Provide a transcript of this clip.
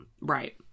Right